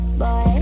boy